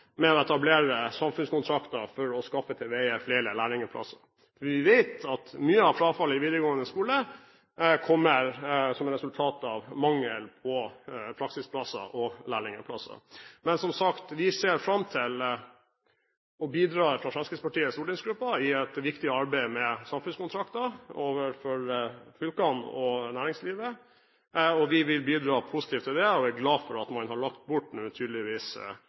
med å etablere samfunnskontrakter for å skaffe til veie flere lærlingplasser. Vi vet at mye av frafallet i videregående skole kommer som et resultat av mangel på praksisplasser og lærlingplasser. Men, som sagt, Fremskrittspartiets stortingsgruppe ser fram til å bidra i et viktig arbeid med samfunnskontrakter, både overfor fylkene og næringslivet. Vi vil bidra positivt til det og er glad for at man nå tydeligvis har lagt bort